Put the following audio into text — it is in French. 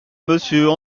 monsieur